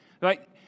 right